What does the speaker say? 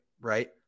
right